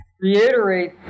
reiterate